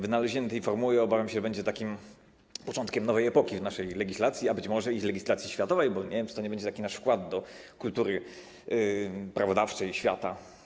Wynalezienie tej formuły, obawiam się, będzie takim początkiem nowej epoki w naszej legislacji, a być może i w legislacji światowej, bo nie wiem, czy to nie będzie taki nasz wkład do kultury prawodawczej świata.